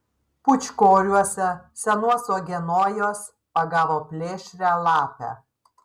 pūčkoriuose senuos uogienojuos pagavo plėšrią lapę